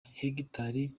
hegitari